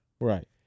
right